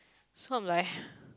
so I'm like